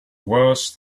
worse